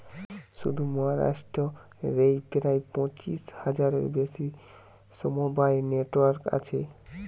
শুধু মহারাষ্ট্র রেই প্রায় পঁচিশ হাজারের বেশি সমবায় নেটওয়ার্ক আছে